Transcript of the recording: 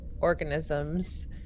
organisms